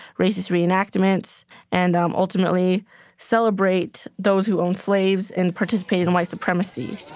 racist re-enactments and um ultimately celebrate those who owned slaves and participated in white supremacy